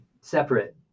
separate